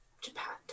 Japan